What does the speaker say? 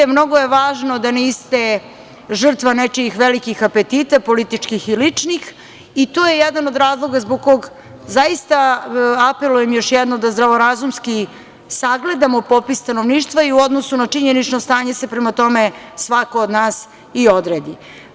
Mnogo je važno da niste žrtva nečijih velikih apetita, političkih i ličnih, i to je jedan od razloga zbog kog zaista apelujem još jednom, da zdravorazumski sagledamo popis stanovništva i u odnosu na činjenično stanje se prema tome svako od nas i odredi.